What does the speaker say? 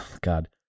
God